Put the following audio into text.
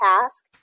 task